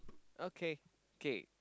okay K